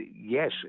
yes